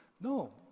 No